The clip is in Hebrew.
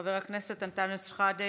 חבר הכנסת אנטאנס שחאדה,